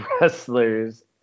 wrestlers